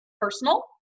personal